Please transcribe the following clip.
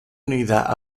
unidad